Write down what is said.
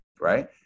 right